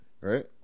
right